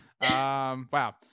wow